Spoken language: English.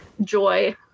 joy